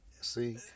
See